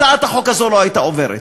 הצעת החוק הזאת לא הייתה עוברת.